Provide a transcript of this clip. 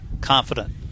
confident